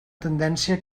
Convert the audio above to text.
tendència